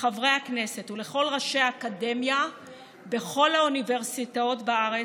לחברי הכנסת ולכל ראשי האקדמיה בכל האוניברסיטאות בארץ,